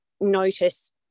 notice